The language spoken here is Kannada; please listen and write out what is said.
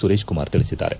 ಸುರೇಶ್ ಕುಮಾರ್ ತಿಳಿಸಿದ್ದಾರೆ